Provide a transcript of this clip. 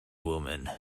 woman